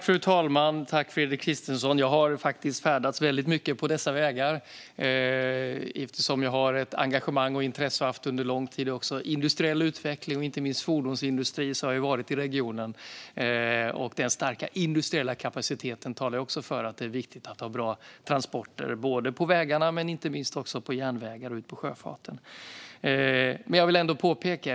Fru talman! Jag har faktiskt färdats mycket på dessa vägar. Jag har, och har haft under lång tid, ett engagemang och intresse för industriell utveckling och fordonsindustrin. Jag har därför besökt regionen. Den starka industriella kapaciteten talar för att det är viktigt med bra transportmöjligheter på vägar, järnvägar och i sjöfarten.